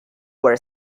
were